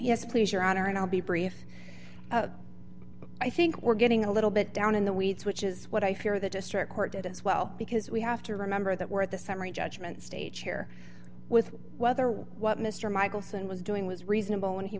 yes please your honor and i'll be brief i think we're getting a little bit down in the weeds which is what i fear the district court as well because we have to remember that we're at the summary judgment stage here with whether what mr michelson was doing was reasonable when he